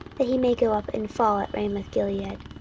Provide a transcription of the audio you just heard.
that he may go up and fall at ramothgilead?